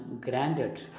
granted